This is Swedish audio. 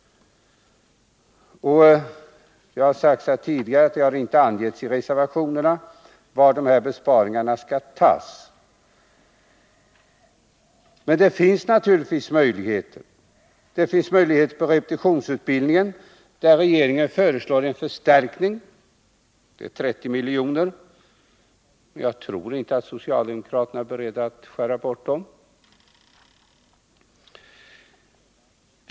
Det har sagts tidigare att det inte angetts i reservationerna var de här besparingarna skall göras. Men möjligheten finns naturligtvis. En möjlighet är repetitionsutbildningen, där regeringen föreslår en förstärkning. Det gäller 30 milj.kr. Men jag tror inte att socialdemokraterna är beredda att skära bort den förstärkningen.